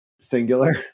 Singular